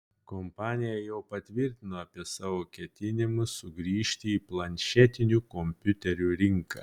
kompanija jau patvirtino apie savo ketinimus sugrįžti į planšetinių kompiuterių rinką